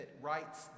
writes